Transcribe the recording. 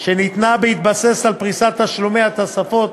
שניתנה בהתבסס על פריסת תשלומי התוספות,